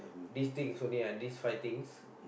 these things only ah these five things